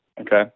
Okay